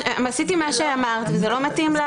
עשיתי את מה שאמרת וזה לא מתאים.